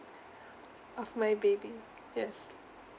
oh my baby yes